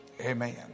Amen